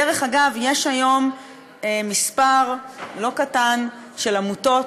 דרך אגב, יש היום מספר לא קטן של עמותות